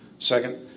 Second